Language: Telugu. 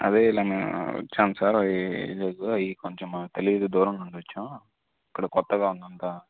అదే ఇలా మేము వచ్చాము సార్ ఇది కొంచెం తెలియదు దూరం నుండి వచ్చాము ఇక్కడ కొత్తగా ఉందంతా